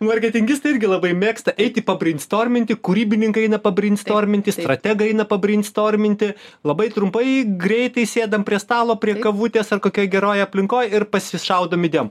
marketingistai irgi labai mėgsta eiti pabreinstorminti kūrybininkai eina pabreinstorminti strategai eina pabreinstorminti labai trumpai greitai sėdam prie stalo prie kavutės ar kokioj geroj aplinkoj ir pasišaudom idėjom